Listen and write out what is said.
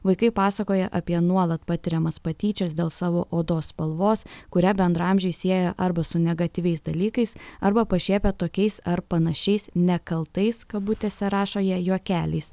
vaikai pasakoja apie nuolat patiriamas patyčias dėl savo odos spalvos kurią bendraamžiai sieja arba su negatyviais dalykais arba pašiepia tokiais ar panašiais nekaltais kabutėse rašo jie juokeliais